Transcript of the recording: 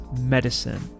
medicine